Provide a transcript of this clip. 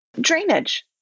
Drainage